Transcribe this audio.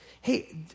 Hey